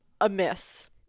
amiss